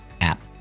app